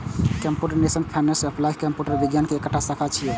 computational finance applied computer विज्ञान के एकटा शाखा छियै